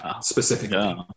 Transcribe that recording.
specifically